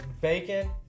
bacon